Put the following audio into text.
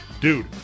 dude